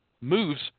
moves